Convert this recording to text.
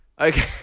Okay